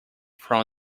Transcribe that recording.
from